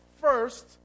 first